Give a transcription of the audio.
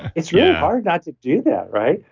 it's really hard not to do that. right?